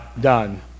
done